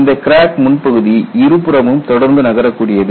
இந்த கிராக் முன்பகுதி இருபுறமும் தொடர்ந்து நகரக் கூடியது